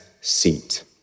seat